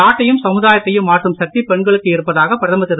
நாட்டையும் சமுதாயத்தையும் மாற்றும் சக்தி பெண்களுக்கு இருப்பதாக பிரதமர் திரு